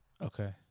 Okay